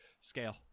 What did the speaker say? scale